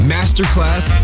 Masterclass